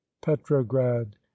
petrograd